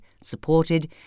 supported